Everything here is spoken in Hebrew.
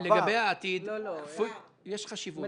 לגבי העתיד, יש חשיבות --- לא, לא.